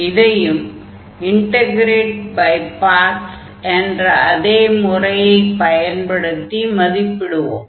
இதையும் integrate by parts என்ற அதே முறையைப் பயன்படுத்தி மதிப்பிடுவோம்